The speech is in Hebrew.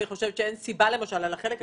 אני לא חושבת שאין סיבה על החלק הזה